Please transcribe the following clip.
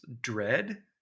dread